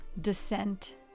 descent